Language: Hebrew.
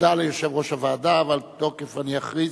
הודעה ליושב-ראש הוועדה, אבל אני אכריז,